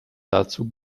dazu